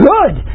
Good